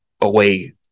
away